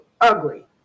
ugly